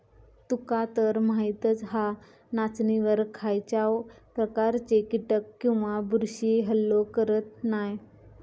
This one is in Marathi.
तुकातर माहीतच हा, नाचणीवर खायच्याव प्रकारचे कीटक किंवा बुरशी हल्लो करत नाय